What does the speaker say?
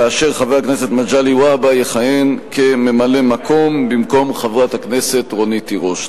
וחבר הכנסת מגלי והבה יכהן כממלא-מקום במקום חברת הכנסת רונית תירוש.